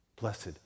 blessed